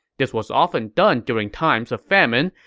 this was often done during times of famine,